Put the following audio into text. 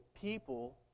people